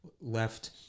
left